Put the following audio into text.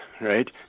right